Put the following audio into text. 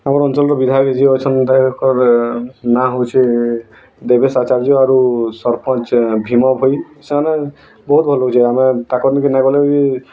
ଆମ ଅଞ୍ଚଳର ବିଧାୟକ ଯିଏ ଅଛନ୍ ତାଙ୍କର୍ ନା ହେଉଛି ଦେବେଶ୍ ଆଚାର୍ଯ୍ୟ ଆରୁ ସରପଞ ଭୀମ ଭୋଇ ସେମାନେ ବହୁତ୍ ଭଲ୍ ଯେ ଆମେ ତାଙ୍କ ପାଖେ ନ ଗଲେ ବି